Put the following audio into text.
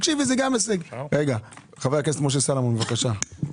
חבר הכנסת משה סולומון, בבקשה.